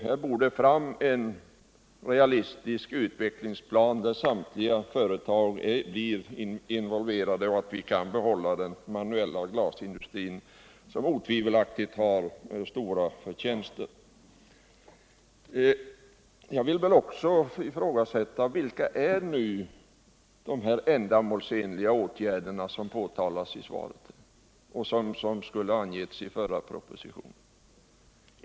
Här krävs en realistisk utvecklingsplan där samtliga företag är involverade, en plan som går ut på att vi skall få behålla den manuella glasindustrin. Jag vill också fråga vilka ändamålsenliga åtgärder som åsyftas i svaret och som skulle ha angetts i den förra propositionen.